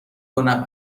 کنم